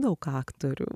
daug aktorių